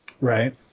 Right